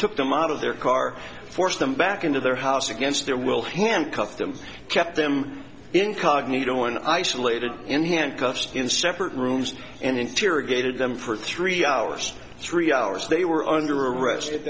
took them out of their car forced them back into their house against their will handcuff them kept them incognito one isolated in handcuffs in separate rooms and in tierra gated them for three hours three hours they were under arres